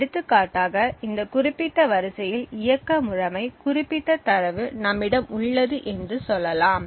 எடுத்துக்காட்டாக இந்த குறிப்பிட்ட வரிசையில் இயக்க முறைமை குறிப்பிட்ட தரவு நம்மிடம் உள்ளது என்று சொல்லலாம்